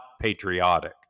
patriotic